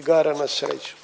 igara na sreću.